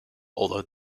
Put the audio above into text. although